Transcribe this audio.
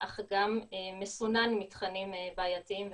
אך גם מסונן מתכנים בעייתיים ופוגעניים.